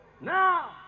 Now